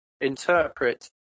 interpret